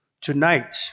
tonight